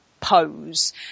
Pose